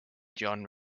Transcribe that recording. john